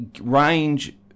range